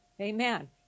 Amen